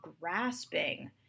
grasping